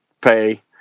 pay